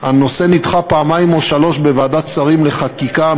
הנושא נדחה פעמיים או שלוש פעמים בוועדת שרים לחקיקה,